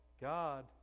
God